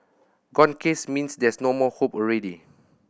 gone case means there's no more hope already